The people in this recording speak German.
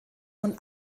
und